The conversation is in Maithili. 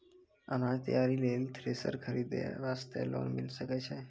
अनाज तैयारी लेल थ्रेसर खरीदे वास्ते लोन मिले सकय छै?